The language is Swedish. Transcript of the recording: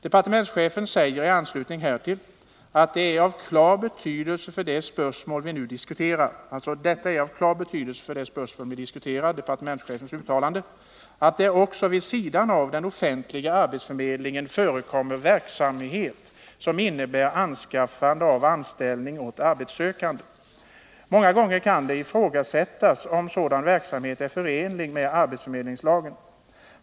Departementschefen säger i anslutning härtill — och detta är av klar betydelse för de spörsmål vi nu diskuterar — att det också vid sidan av den offentliga arbetsförmedlingen förekommer verksamhet som innebär anskaffande av anställning åt arbetssökande. Många gånger kan det ifrågasättas om en sådan verksamhet är förenlig med arbetsförmedlingslagen.